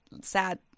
sad